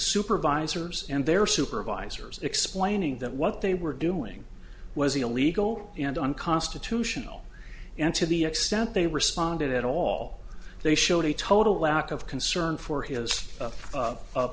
supervisors and their supervisors explaining that what they were doing was illegal and unconstitutional and to the extent they responded at all they showed a total lack of concern for his